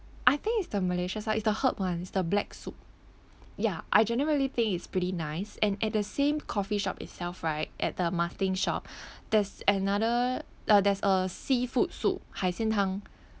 I think it's the malaysia's type is the herb one is the black soup ya I generally think it's pretty nice and at the same coffeeshop itself right at the shop there's another uh there's a seafood soup 海鲜汤